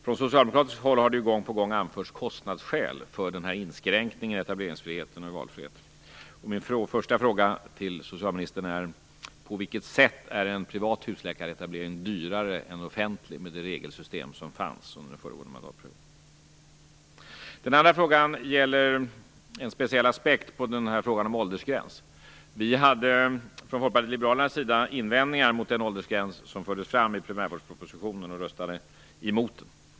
Från socialdemokratiskt håll har det gång på gång anförts kostnadsskäl för denna inskränkning i etableringsfriheten och i valfriheten. Min första fråga till socialministern är: På vilket sätt är en privat husläkaretablering dyrare än en offentlig, med det regelsystem som fanns under den föregående mandatperioden? Den andra frågan gäller en speciell aspekt på frågan om åldersgräns. Vi hade från Folkpartiet liberalernas sida invändningar mot den åldersgräns som fördes fram i Primärvårdspropositionen och röstade emot den.